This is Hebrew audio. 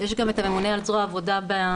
יש גם את הממונה על זרוע העבודה במשרד.